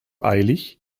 eilig